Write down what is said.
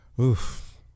Oof